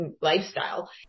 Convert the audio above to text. lifestyle